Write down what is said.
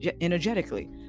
energetically